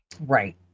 Right